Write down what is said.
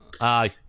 Aye